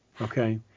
okay